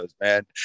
man